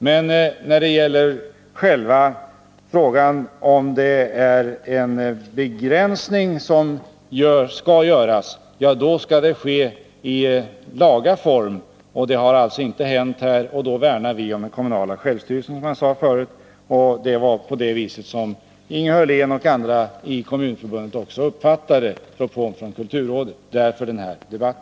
Men när det gäller själva frågan om det skall göras en begränsning, skall det ske i laga form. Det har alltså inte gjorts här, och då värnar vi om den kommunala självstyrelsen, som jag sade förut. Det var också så Inge Hörlén och andra i Kommunförbundet uppfattade propån från kulturrådet — därför denna debatt.